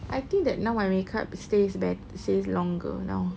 I think that now my makeup stays bet~ stays longer now